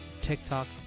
TikTok